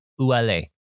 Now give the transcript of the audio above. Uale